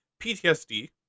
PTSD